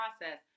process